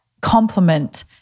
compliment